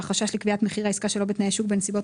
החשש לקביעת מחיר העסקה שלא בתנאי שוק בנסיבות